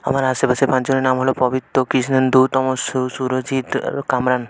আমার আশেপাশে পাঁচজনের নাম হলো পবিত্র কৃষ্ণেন্দু তমশ্যু সুরজিত আর কামরান